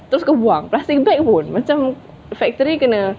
terus kau buang plastic bag macam factory kena